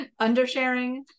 undersharing